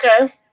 okay